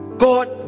God